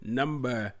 number